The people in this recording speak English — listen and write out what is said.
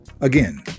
Again